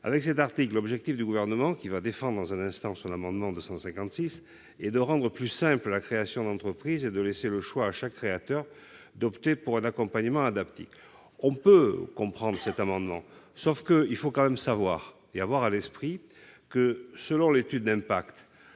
Avec cet article, l'objectif du Gouvernement, qui va défendre dans un instant son amendement n° 256, est de rendre plus simple la création d'entreprise, et de laisser le choix à chaque créateur d'opter pour un accompagnement adapté. On peut comprendre cet amendement, mais il faut quand même savoir et avoir à l'esprit que, selon l'étude d'impact,